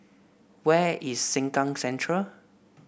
where is Sengkang Central